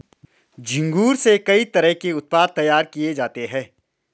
झींगुर से कई तरह के उत्पाद तैयार किये जाते है